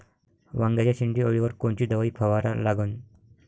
वांग्याच्या शेंडी अळीवर कोनची दवाई फवारा लागन?